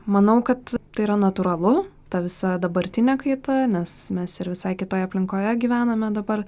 manau kad tai yra natūralu ta visa dabartinė kaita nes mes ir visai kitoje aplinkoje gyvename dabar